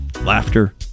Laughter